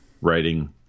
writing